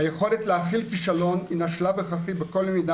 היכולת להכיל כישלון הינה שלב הכרחי בכל למידה